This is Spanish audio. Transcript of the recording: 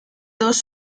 dos